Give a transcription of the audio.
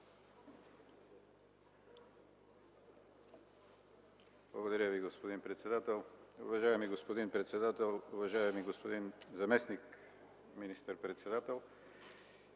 Благодаря Ви, господин председател. Уважаеми господин председател, уважаеми господин заместник министър-председател!